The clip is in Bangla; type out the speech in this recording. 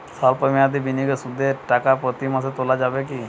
সল্প মেয়াদি বিনিয়োগে সুদের টাকা প্রতি মাসে তোলা যাবে কি?